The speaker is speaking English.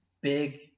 big